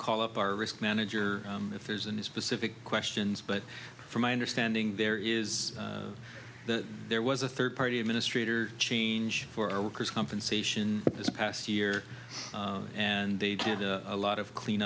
call up our risk manager if there's a new specific questions but from my understanding there is that there was a third party administrator change for our workers compensation this past year and they did a lot of clean